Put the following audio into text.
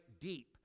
deep